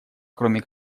кроме